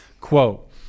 quote